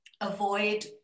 avoid